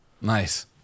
Nice